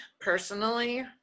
personally